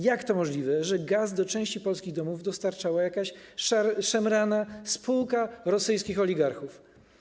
Jak to możliwe, że gaz do części polskich domów dostarczała jakaś szemrana spółka rosyjskich oligarchów?